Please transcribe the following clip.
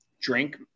drink